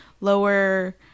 lower